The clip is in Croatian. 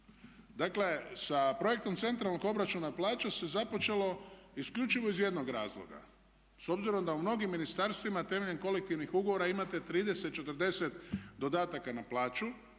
Dakle sa projektom centralnog obračuna plaća se započelo isključivo iz jednog razloga, s obzirom da u mnogim ministarstvima temeljem kolektivnih ugovora imate 30, 40 dodataka na plaću